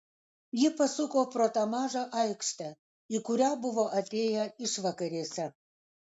ji pasuko pro tą mažą aikštę į kurią buvo atėję išvakarėse